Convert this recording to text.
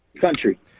Country